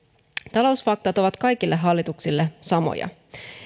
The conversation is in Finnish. talousfaktat ovat kaikille hallituksille samoja